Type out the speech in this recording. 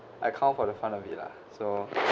I count for the fun of it lah so